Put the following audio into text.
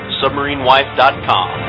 submarinewife.com